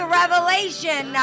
revelation